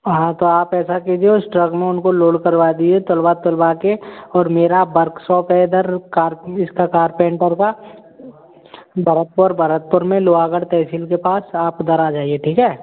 हाँ तो आप ऐसा कीजिए उस ट्रक में उनको लोड करवा दिए तुलवा उलवा के और मेरा बर्कशॉप है इधर कारपेंटर का भरतपुर भरतपुर में लोहागढ़ तहसील के पास आप इधर आ जाइए ठीक है